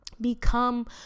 Become